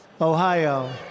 Ohio